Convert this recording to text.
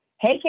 Hey